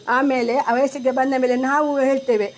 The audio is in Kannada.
ಆಮೇಲೆ ಆ ವಯಸ್ಸಿಗೆ ಬಂದ ಮೇಲೆ ನಾವು ಹೇಳ್ತೇವೆ